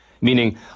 Meaning